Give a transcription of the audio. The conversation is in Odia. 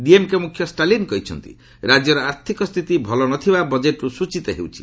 ଡିଏମ୍କେ ମୁଖ୍ୟ ଷ୍ଟାଲିନ୍ କହିଚ୍ଚନ୍ତି ରାଜ୍ୟର ଆର୍ଥିକ ସ୍ଥିତି ଭଲ ନଥିବା ବଜେଟ୍ରୁ ସୂଚିତ ହେଉଛି